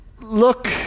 look